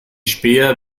späher